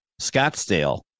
Scottsdale